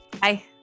Bye